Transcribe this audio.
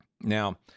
Now